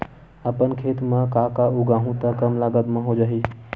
अपन खेत म का का उगांहु त कम लागत म हो जाही?